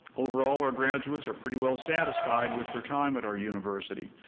overall, our graduates are pretty well satisfied with their time at our university.